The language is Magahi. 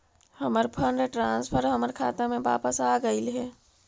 हमर फंड ट्रांसफर हमर खाता में वापस आगईल हे